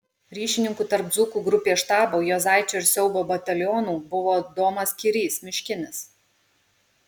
ryšininku tarp dzūkų grupės štabo juozaičio ir siaubo batalionų buvo domas kirys miškinis